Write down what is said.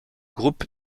groupe